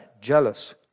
jealous